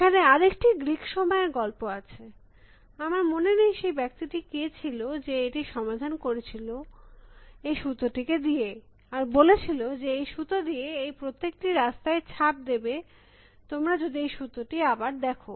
এখানে আরেকটি গ্রীক সময়ের গল্প আছে আমার মনে নেই সেই ব্যক্তি টি কে ছিল যে এটির সমাধান করেছিল এই সুতো টিকে দিয়ে আর বলেছিল যে এই সুতো দিয়ে এই প্রত্যেকটি রাস্তায় ছাপ দেবে তোমরা যদি এই সুতোটি আবার দেখো